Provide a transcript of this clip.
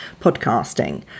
podcasting